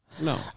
No